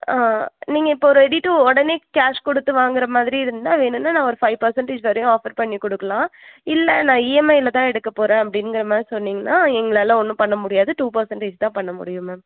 ஆ நீங்கள் இப்போது ready to உடனே கேஷ் கொடுத்து வாங்குகிற மாதிரி இருந்தால் வேணுன்னா நான் ஒரு ஃபைவ் பெர்ஸண்டேஜ் வரையும் ஆஃபர் பண்ணி கொடுக்கலாம் இல்லை நான் இஎம்ஐயில் தான் எடுக்க போகிறேன் அப்படிங்கிற மாதிரி சொன்னீங்கனா எங்களால் ஒன்றும் பண்ண முடியாது டூ பெர்ஸண்டேஜ் தான் பண்ண முடியும் மேம்